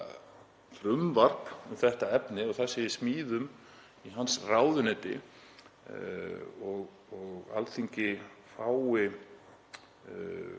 frumvarp um þetta efni og það er í smíðum í hans ráðuneyti og að Alþingi fái